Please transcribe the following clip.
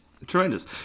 Tremendous